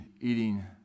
eating